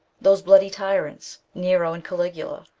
those bloody tyrants, nero and caligula,